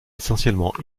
essentiellement